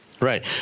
Right